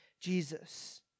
Jesus